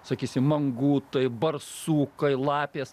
sakysim mangutai barsukai lapės